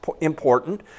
important